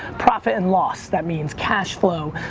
profit and loss. that means cash flow,